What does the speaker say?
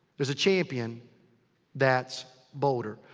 there's a champion that's bolder.